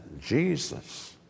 Jesus